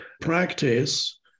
practice